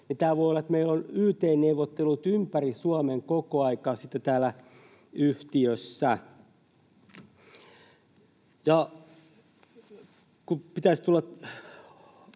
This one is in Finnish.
sitten yt-neuvottelut ympäri Suomen koko ajan täällä yhtiössä.